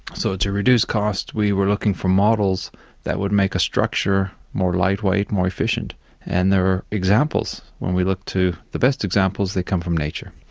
so to reduce cost we were looking for models that would make a structure more lightweight, more efficient and there are examples, when we look to the best examples they come from nature.